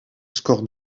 scores